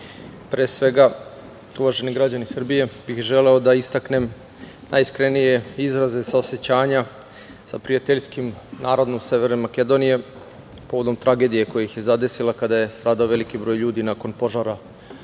pre svega, uvaženi građani Srbije, želeo bih da istaknem najiskrenije izraze saosećanja sa prijateljskim narodom Severne Makedonije povodom tragedije koja ih je zadesila kada je stradao veliki broj ljudi nakon požara